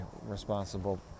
responsible